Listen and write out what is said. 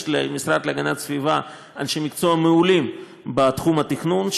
יש למשרד להגנת הסביבה אנשי מקצוע מעולים בתחום התכנון,